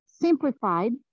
simplified